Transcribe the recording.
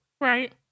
Right